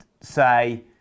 say